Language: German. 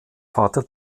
vater